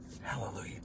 Hallelujah